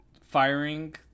firing